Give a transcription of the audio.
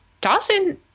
Dawson